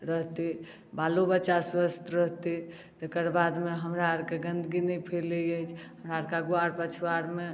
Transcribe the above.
रहतै बालो बच्चा स्वस्थ रहतै तकरबादमे हमराअर के गन्दगी नहि फैलै अछि घरके अगुआर पछूआरमे